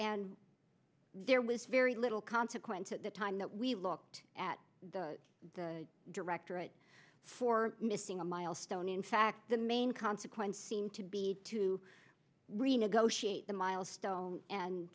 and there was very little consequence at the time that we looked at the directorate for missing a milestone in fact the main consequence seemed to be to renegotiate the milestone and